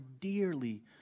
dearly